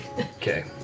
Okay